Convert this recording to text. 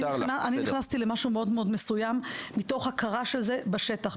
אני נכנסתי למשהו מאוד מסוים מתוך הכרה של זה בשטח.